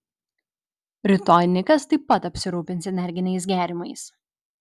rytoj nikas taip pat apsirūpins energiniais gėrimais